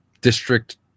District